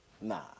Nah